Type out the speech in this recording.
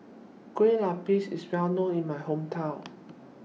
Kue Lupis IS Well known in My Hometown